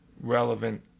relevant